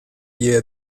year